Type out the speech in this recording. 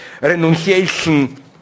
renunciation